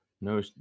No